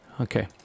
Okay